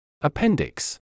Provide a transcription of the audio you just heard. Appendix